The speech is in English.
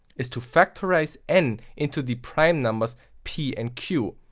is to factorize n into the prime numbers p and q,